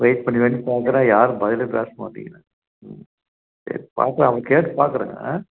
wait பண்ணி wait பண்ணி பார்க்கறேன் யாரும் பதிலே பேச மாட்டிக்கிறாங்க ம் சரி பார்க்கறேன் அவங்க கேட்டு பார்க்கறேங்க ஆ